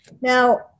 Now